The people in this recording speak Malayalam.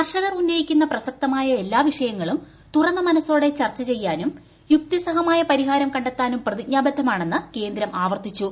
കർഷകർ ഉന്നയിക്കുന്ന പ്രസക്തമായ എല്ലാ വിഷയങ്ങളും തുറന്ന മനസ്റ്റോടെ ചർച്ച ചെയ്യാനും യുക്തിസഹമായപരിഹാരം കണ്ടെത്താനും പ്രതിജ്ഞാബദ്ധമാണെന്ന് കേന്ദ്രം ആവർത്തിച്ചു